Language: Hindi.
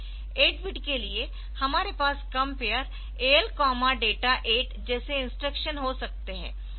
8 बिट डेटा के लिए हमारे पास compare AL data 8 Compare AL data 8 जैसे इंस्ट्रक्शन हो सकते है